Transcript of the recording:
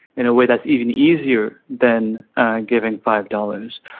in a way that is even easier than giving five dollars.